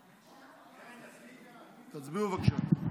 תצביעו, בבקשה.